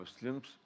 Muslims